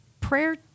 prayer